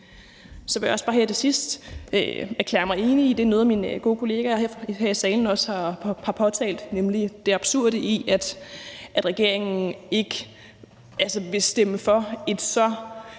Så vil jeg også bare her til sidst erklære mig enig i det, noget af mine gode kollegaer her i salen også har påtalt, nemlig det absurde i, at regeringen ikke vil stemme for et så